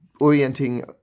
orienting